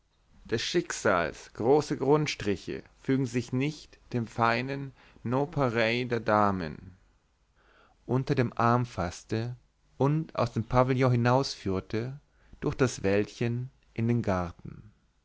des schicksals große grundstriche fügen sich nicht dem feinen nonpareil der damen unter dem arm faßte und aus dem pavillon hinausführte durch das wäldchen in den garten